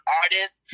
artist